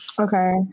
Okay